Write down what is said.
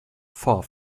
far